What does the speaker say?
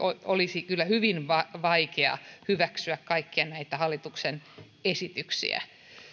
olisi kyllä hyvin vaikea hyväksyä kaikkia näitä hallituksen esityksiä